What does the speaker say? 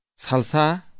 Salsa